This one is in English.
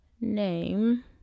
name